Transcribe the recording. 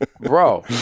bro